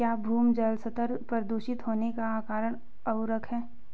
क्या भौम जल स्तर प्रदूषित होने का कारण उर्वरक है?